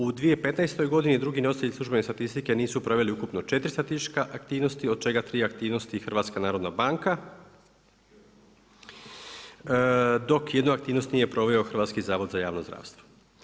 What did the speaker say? U 2015. godini drugi nositelji službene statistike nisu proveli ukupno 4 statističke aktivnosti, od čega 3 aktivnosti HNB, dok jednu aktivnost nije proveo Hrvatski zavod za javno zdravstvo.